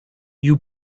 you